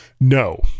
No